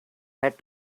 had